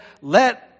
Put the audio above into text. let